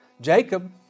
Jacob